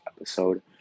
episode